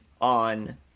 on